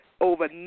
over